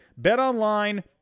BetOnline